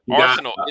Arsenal